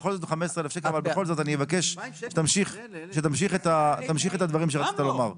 בכל זאת 15,000. אני אבקש שתמשיך את הדברים שרצית לומר.